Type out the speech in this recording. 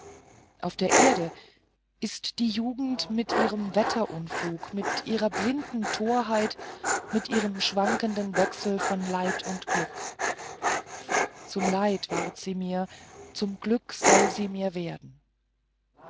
auf der erde ist die jugend mit ihrem wetterunfug mit ihrer blinden torheit mit ihrem schwankenden wechsel von leid und glück zum leid ward sie mir zum glück soll sie mir werden